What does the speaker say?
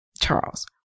Charles